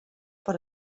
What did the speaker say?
por